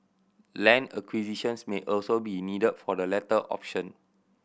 land acquisitions may also be needed for the latter option